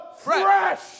fresh